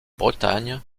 bretagne